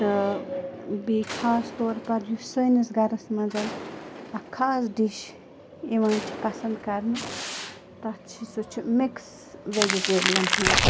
تہٕ بیٚیہِ خاص طور پَر یُس سٲنِس گَرَس منٛز اَکھ خاص ڈِش یِوان چھِ پَسَنٛد کَرنہٕ تَتھ چھِ سُہ چھُ مِکس وٮ۪جِٹیبلَن ہٕنٛز